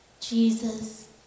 Jesus